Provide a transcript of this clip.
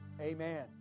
Amen